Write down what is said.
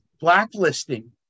blacklisting